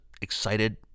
excited